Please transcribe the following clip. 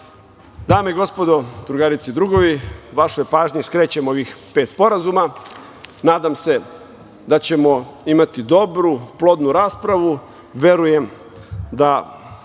i gospodo, drugarice i drugovi, vašoj pažnji skrećem ovih pet sporazuma. Nadam se da ćemo imati dobru, plodnu raspravu. Verujem da,